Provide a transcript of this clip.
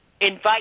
invite